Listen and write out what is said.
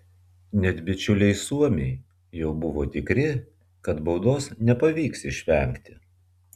net bičiuliai suomiai jau buvo tikri kad baudos nepavyks išvengti